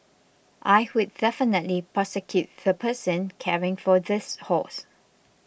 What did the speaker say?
I would definitely prosecute the person caring for this horse